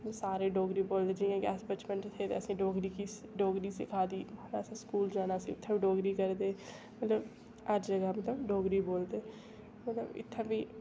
सारे डोगरी बोलदे जियां के अस बचपन च थे हे असें डोगरी गी डोगरी सिक्खा दी असें स्कू़ल जाना असें उत्थै बी डोगरी करदे मतलब अज्जकल तां डोगरी बोलदे मतलब इत्थें बी